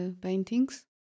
paintings